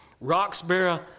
Roxborough